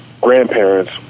grandparents